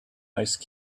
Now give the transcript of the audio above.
ice